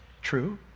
true